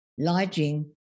lodging